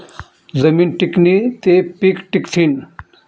जमीन टिकनी ते पिके टिकथीन